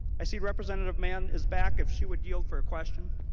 i see representative mann is back if she would yield for a question?